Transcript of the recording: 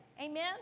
amen